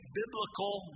biblical